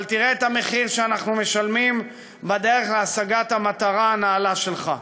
אבל תראה את המחיר שאנחנו משלמים בדרך להשגת המטרה הנעלה שלך.